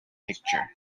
picture